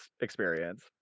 experience